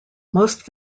most